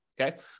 okay